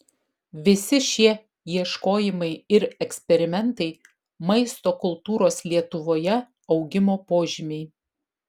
visi šie ieškojimai ir eksperimentai maisto kultūros lietuvoje augimo požymiai